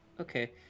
Okay